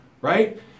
Right